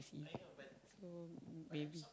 so maybe